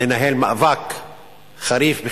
לנהל מאבק חריף באוניברסיטת בן-גוריון,